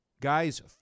guys